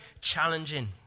challenging